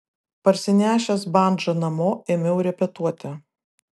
parsinešęs bandžą namo ėmiau repetuoti